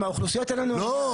עם האוכלוסיות אין לנו --- לא,